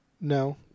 No